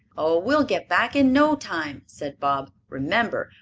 oh, we'll get back in no time, said bob. remember,